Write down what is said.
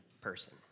person